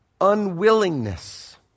unwillingness